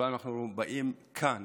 כולנו באים לכאן